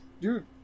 Dude